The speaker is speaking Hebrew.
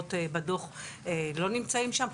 המדוברות בדוח לא נמצאים שם,